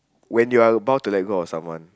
when you're about to let go of someone